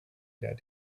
that